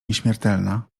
nieśmiertelna